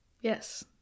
Yes